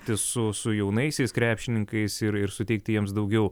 dirbti su su jaunaisiais krepšininkais ir ir suteikti jiems daugiau